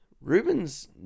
Ruben's